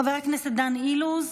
חבר הכנסת דן אילוז,